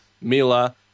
Mila